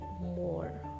more